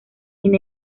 sin